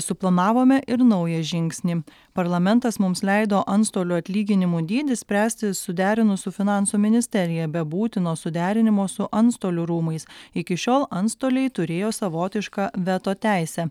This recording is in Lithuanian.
suplanavome ir naują žingsnį parlamentas mums leido antstolių atlyginimų dydį spręsti suderinus su finansų ministerija be būtino suderinimo su antstolių rūmais iki šiol antstoliai turėjo savotišką veto teisę